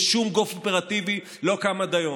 ושום גוף אופרטיבי לא קם עד היום.